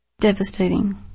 Devastating